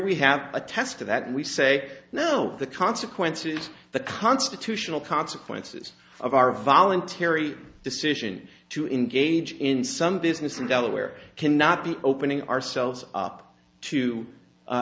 we have a test of that and we say now the consequences that the constitutional consequences of our voluntary decision to engage in some business in delaware cannot be opening ourselves up to